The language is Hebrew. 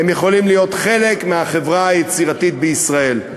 הם יכולים להיות חלק מהחברה היצירתית בישראל.